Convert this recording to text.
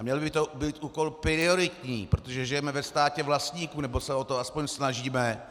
Měl by to být úkol prioritní, protože žijeme ve státě vlastníků, nebo se o to aspoň snažíme.